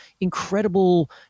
incredible